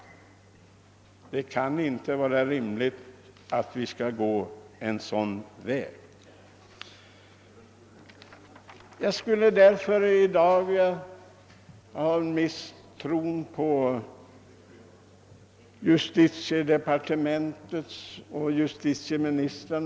Jag måste därför i dag hysa misstro till justitiedepartement och justitieministrar.